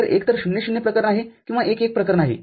तर एकतर ० ० प्रकरण आहे किंवा १ १ प्रकरण आहे